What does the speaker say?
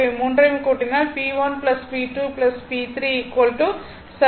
இவை மூன்றையும் கூட்டினால் P1 P2 P3 710 வாட் ஆக இருக்கும்